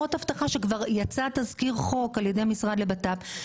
בחברות אבטחה שכבר יצא תזכיר חוק על ידי משרד לביטחון פנים.